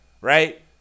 right